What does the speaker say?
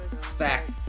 Fact